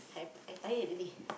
tired really